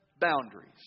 boundaries